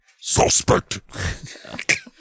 suspect